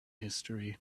history